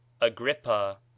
Agrippa